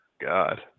God